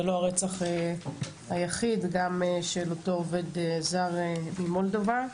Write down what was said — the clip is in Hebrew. זה לא הרצח היחיד, גם של אותו עובד זר ממולדובה.